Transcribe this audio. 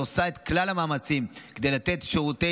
שעושה את כלל המאמצים כדי לתת שירותי